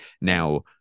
Now